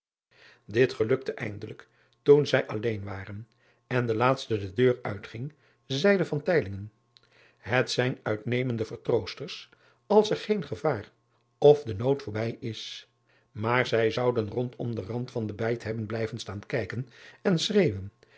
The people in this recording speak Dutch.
it gelukte eindelijk toen zij alleen waren en de laatste de deur uitging zeide et zijn uitnemende vertroosters als er geen gevaar of de nood voorbij is maar zij zouden rondom den rand van de bijt hebben blijven staan kijken en schreeuwen